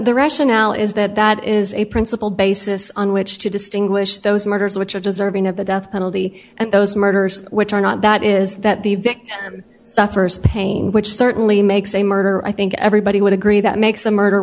the rationale is that that is a principle basis on which to distinguish those murders which are deserving of the death penalty and those murders which are not that is that the victim suffers pain which certainly makes a murderer i think everybody would agree that makes the murder